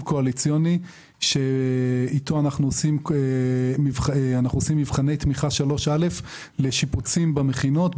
קואליציוני שאיתו אנחנו עושים מבחני תמיכה 3א לשיפוצים במכינות.